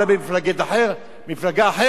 אולי במפלגה אחרת.